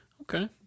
Okay